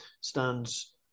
stands